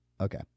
okay